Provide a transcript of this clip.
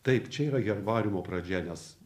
taip čia yra herbariumo pradžia nes